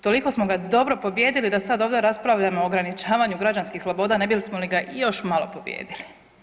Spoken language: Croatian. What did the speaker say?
Toliko smo ga dobro pobijedili da sad ovdje raspravljamo o ograničavanju građanskih sloboda ne bismo li ga još malo pobijedili.